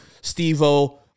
Steve-O